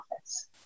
office